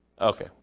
Okay